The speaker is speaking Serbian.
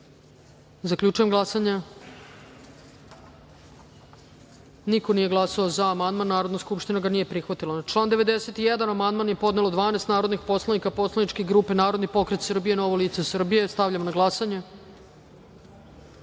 amandman. Zaključujem glasanje: niko nije glasao za amandman. Narodna skupština ga nije prihvatila. Na član 91. amandman je podnelo 12 narodnih poslanika poslaničke grupe Narodni pokret Srbije – Novo lice Srbije. Stavljam na glasanje